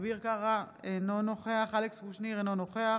אביר קארה, אינו נוכח אלכס קושניר, אינו נוכח